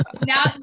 now